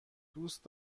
دوست